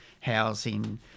housing